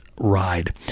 Ride